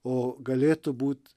o galėtų būt